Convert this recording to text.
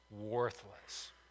worthless